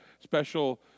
special